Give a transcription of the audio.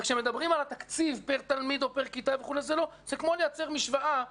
כשמדברים על התקציב פר תלמיד או פר כיתה צריך לייצר משוואה נכונה.